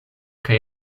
kaj